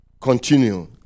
continue